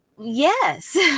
Yes